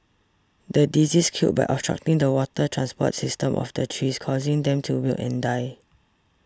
the disease killed by obstructing the water transport system of the trees causing them to wilt and die